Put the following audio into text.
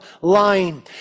lying